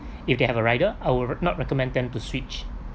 if they have a rider I would not recommend them to switch